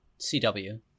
CW